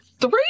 three